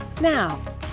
Now